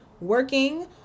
working